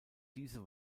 diese